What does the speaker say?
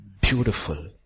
beautiful